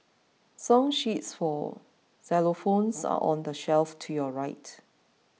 song sheets for xylophones are on the shelf to your right